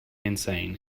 insane